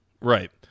Right